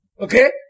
Okay